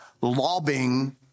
lobbying